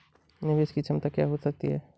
निवेश की क्षमता क्या हो सकती है?